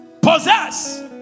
Possess